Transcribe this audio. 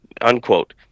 unquote